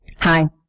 Hi